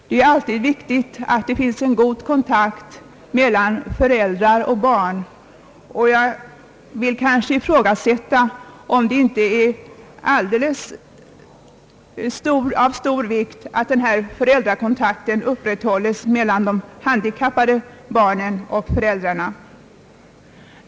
Det är alltid viktigt att det finns en god kontakt mellan föräldrar och barn, och jag ifrågasätter om det inte är av särskilt stor vikt att föräldrakontakten upprätthålls mellan handikappade barn och deras föräldrar.